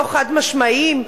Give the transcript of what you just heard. לא חד-משמעיים,